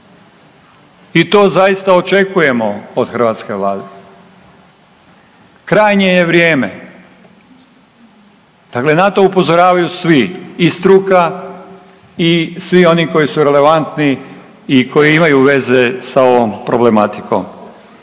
I to zaista očekujemo od hrvatske vlade. Krajnje je vrijeme dakle na to upozoravaju svi i struka i svi oni koji su relevantni i koji imaju veze sa ovom problematikom.